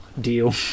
deal